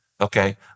Okay